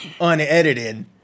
unedited